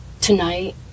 Tonight